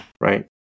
right